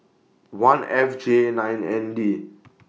one F J nine N D